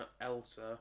Elsa